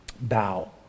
bow